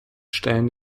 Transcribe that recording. stellen